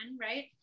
right